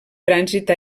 trànsit